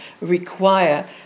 require